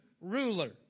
ruler